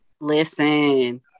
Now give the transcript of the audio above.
listen